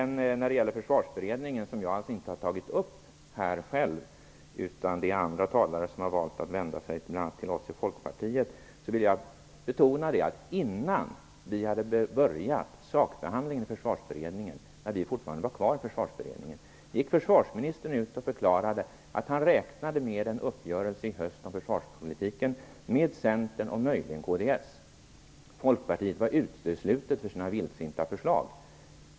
När det gäller Försvarsberedningen, som jag alltså inte har tagit upp här själv, utan det är andra talare som har valt att vända sig till oss i Folkpartiet, vill jag betona att innan sakbehandlingen hade börjat i Försvarsberedningen, när vi fortfarande var kvar där, gick försvarsministern ut och förklarade att han räknade med en uppgörelse om försvarspolitiken med Centern och möjligen kds i höst. Folkpartiet var uteslutet för sina vildsinta förslag.